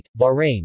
Bahrain